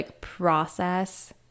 process